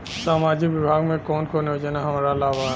सामाजिक विभाग मे कौन कौन योजना हमरा ला बा?